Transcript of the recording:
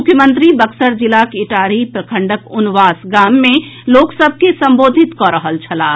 मुख्यमंत्री बक्सर जिलाक इटाढ़ी प्रखंडक उनवास गाम मे लोक सभ के संबोधित कऽ रहल छलाह